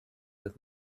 with